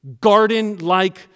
garden-like